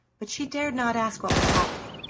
but she dared not ask what was happening,